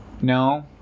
No